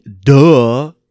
Duh